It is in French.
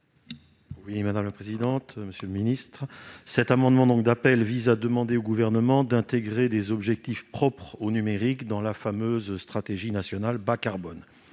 : La parole est à M. Jacques Fernique. Cet amendement d'appel vise à demander au Gouvernement d'intégrer des objectifs propres au numérique dans la fameuse stratégie nationale bas-carbone